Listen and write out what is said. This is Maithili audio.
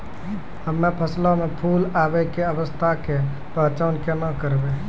हम्मे फसलो मे फूल आबै के अवस्था के पहचान केना करबै?